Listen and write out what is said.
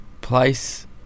Place